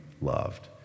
loved